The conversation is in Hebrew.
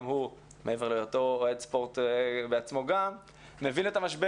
שמעבר להיותו אוהד ספורט הוא מבין את המשבר.